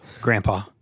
grandpa